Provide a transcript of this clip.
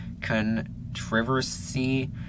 controversy